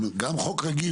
למה לא לחוקק חוק רגיל?